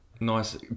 nice